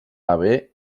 haver